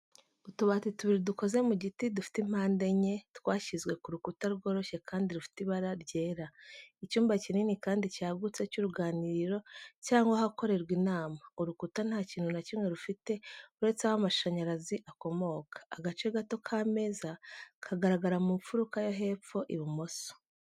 Utubati tubiri dukoze mu giti dufite impande enye, twashyizwe ku rukuta rworoshye kandi rufite ibara ryera. Icyumba kinini kandi cyagutse cy'uruganiriro cyangwa ahakorerwa inama. Urukuta nta kintu na kimwe rufite uretse aho amashanyarazi akomoka. Agace gato k'ameza kagaragara mu mfuruka yo hepfo ibumoso.